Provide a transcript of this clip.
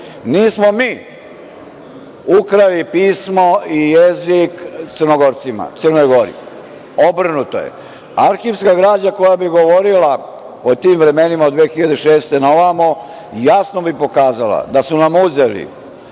Nismo mi ukrali pismo i jezik Crnogorcima, Crnoj Gori, obrnuto je. Arhivska građa koja bi govorila o tim vremenima od 2006. godina na ovamo, jasno bi pokazala da su nam uzeli